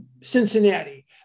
Cincinnati